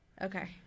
Okay